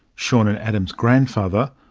sean and adam's grandfather,